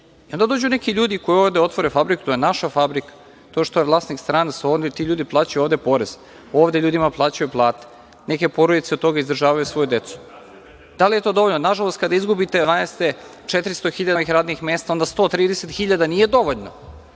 ništa. Onda dođu neki ljudi koji ovde otvore fabriku. To je naša fabrika. To što je vlasnik stranac, ovde ti ljudi plaćaju ovde porez, ovde ljudima plaćaju plate. Neke porodice od toga izdržavaju svoju decu. Da li je to dovoljno? Nažalost, kada izgubite od 2008. do 2012. godine 400.000 novih radnih mesta, onda 130.000 nije dovoljno,